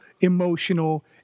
emotional